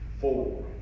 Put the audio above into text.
four